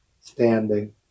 standing